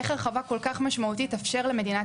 איך הרחבה כל כך משמעותית תאפשר למדינת